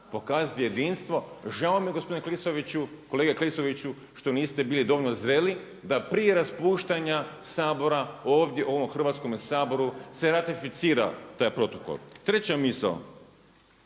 pokazati jedinstvo. Žao mi je gospodine kolega Klisoviću što niste bili dovoljno zreli da prije raspuštanja Sabora ovdje u ovom Hrvatskome saboru se ratificira taj protokol. Treća misao,